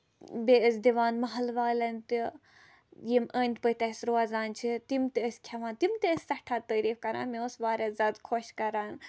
بیٚیہِ ٲسۍ دِوان محلہٕ والیٚن تہِ یِم أندۍ پٔکۍ اَسہِ روزان چھِ تِم تہِ ٲسۍ کھٮ۪وان تم تہِ ٲسۍ سٮ۪ٹھاہ تعٲریٖف کران مےٚ اوس واریاہ زیادٕ خۄش کران